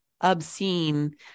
obscene